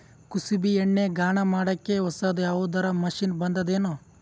ಕುಸುಬಿ ಎಣ್ಣೆ ಗಾಣಾ ಮಾಡಕ್ಕೆ ಹೊಸಾದ ಯಾವುದರ ಮಷಿನ್ ಬಂದದೆನು?